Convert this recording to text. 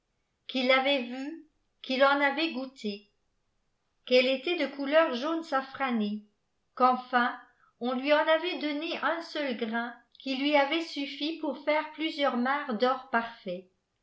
qu'il l'ayiit vue qu'il en avait goûté qu'elle était de couleur jaune safranée qu'enfin on lui en avait donné yn seql grain qui lui avait suffi pour faire plusieurs marcs'dor parfait